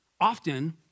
often